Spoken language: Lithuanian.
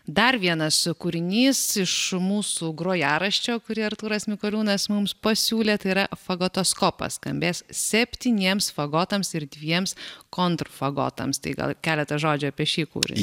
dar vienas kūrinys iš mūsų grojaraščio kurį artūras mikoliūnas mums pasiūlė tai yra fagotoskopas skambės septyniems fagotams ir dviems kontrfagotams tai gal keletą žodžių apie šį kūrinį